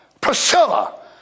Priscilla